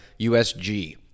USG